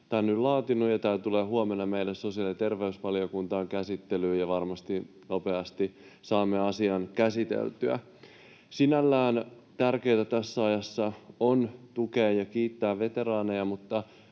tämän nyt laatineet ja tämä tulee huomenna meille sosiaali- ja terveysvaliokuntaan käsittelyyn. Varmasti nopeasti saamme asian käsiteltyä. Sinällään tärkeätä tässä ajassa on tukea ja kiittää veteraaneja,